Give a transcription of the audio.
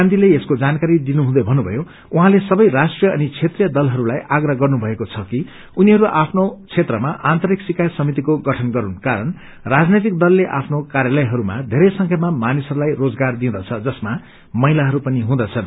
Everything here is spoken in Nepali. हिज मेनमा गांधीले यसको जानकारी दिनुहँदै भन्नुभयो उहाँले सबै राष्ट्रिय अनि क्षत्रिय दलहरूलाइ आग्रह गर्नुभएको छ कि उनीहरू आफ्नो क्षेत्रामा आन्तरिक शिकायत समितिको गठन गरूनु कारण राजनैतिक दल आफ्नो कार्यस्थलहरूमा येरै संख्यामा मानिसहरूलाई रोजगार दिदँछ जसमा महिलाहरू पनि हुँदछन्